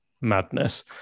Madness